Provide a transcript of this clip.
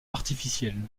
artificiel